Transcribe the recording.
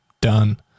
done